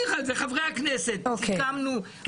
כחברי הכנסת סיכמנו,